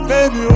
Baby